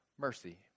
mercy